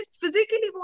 physically